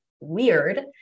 weird